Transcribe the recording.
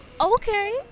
okay